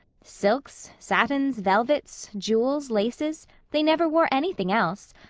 silks satins velvets jewels laces they never wore anything else.